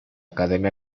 academia